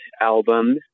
album